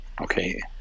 okay